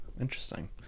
interesting